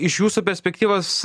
iš jūsų perspektyvos